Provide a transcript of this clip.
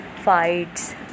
fights